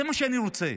זה מה שאני רוצה.